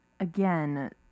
Again